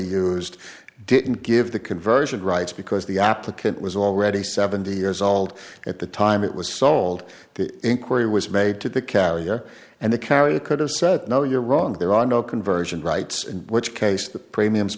used didn't give the conversion rights because the applicant was already seventy years old at the time it was sold the inquiry was made to the carrier and the carrier could have said no you're wrong there are no conversion rights in which case the premiums